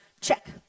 check